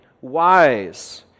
wise